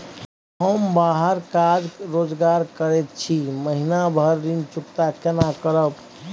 हम बाहर काज रोजगार करैत छी, महीना भर ऋण चुकता केना करब?